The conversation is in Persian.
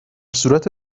صورت